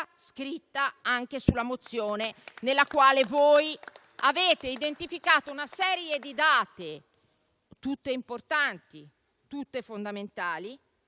scritta anche sulla mozione nella quale voi avete identificato una serie di date, tutte importanti, tutte fondamentali,